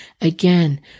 Again